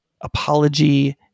apology